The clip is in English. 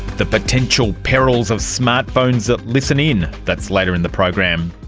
the potential perils of smart phones that listen in. that's later in the program.